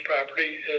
property